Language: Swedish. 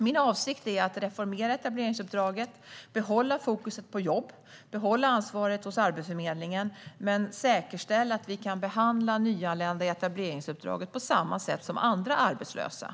Min avsikt är att reformera etableringsuppdraget och behålla fokus på jobb och behålla ansvaret hos Arbetsförmedlingen men samtidigt säkerställa att vi kan behandla nyanlända i etableringsuppdraget på samma sätt som andra arbetslösa.